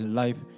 life